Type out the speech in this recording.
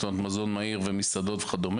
זאת אומרת, מזון מהיר, מסעדות וכד'.